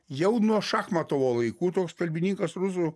jau nuo šachmatovo laikų toks kalbininkas rusų